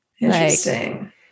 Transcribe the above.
Interesting